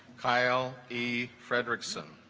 kyle e frederickson